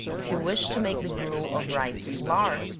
if you wish to make the gruel of rice flour,